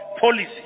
policy